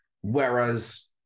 Whereas